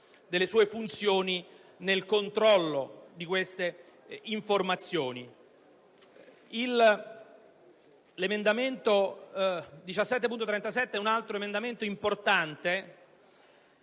delle sue funzioni nel controllo di queste informazioni. L'emendamento 17.37 è un'altra proposta importante